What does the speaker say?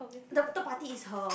the third party is her